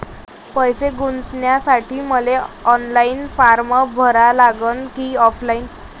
पैसे गुंतन्यासाठी मले ऑनलाईन फारम भरा लागन की ऑफलाईन?